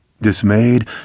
Dismayed